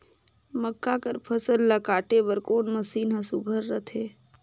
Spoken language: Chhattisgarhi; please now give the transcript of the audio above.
मक्का कर फसल ला काटे बर कोन मशीन ह सुघ्घर रथे?